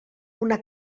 una